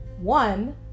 one